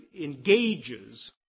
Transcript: engages